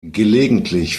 gelegentlich